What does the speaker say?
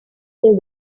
they